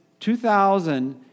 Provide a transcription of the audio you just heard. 2000